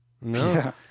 No